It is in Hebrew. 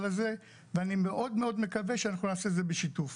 הזה ואני מאוד מאוד מקווה שאנחנו נעשה את זה בשיתוף.